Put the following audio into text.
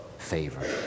favor